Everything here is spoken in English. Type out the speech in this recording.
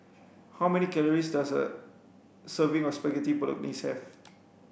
how many calories does a serving of Spaghetti Bolognese have